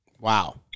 Wow